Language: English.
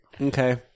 Okay